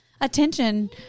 attention